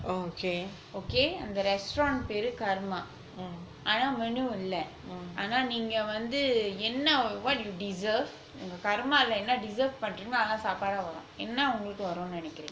okay அந்த:antha restaurant பேரு கர்மா ஆனா:peru karmaa aanaa menu இல்ல ஆனா நீங்க வந்து என்ன:illa aanaa neenga vanthu enna what you deserve உங்க கர்மால என்ன:unga karmaala enna deserve பண்றீங்களோ அதான் சாப்பாடா வரும் என்ன உங்களுக்கு வருனு நினைக்குறீங்க:panreenkalo athaan saappaadaa varum enna ungalukku varunu ninaikkureenga